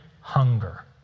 hunger